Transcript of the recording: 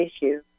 issue